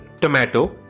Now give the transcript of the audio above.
tomato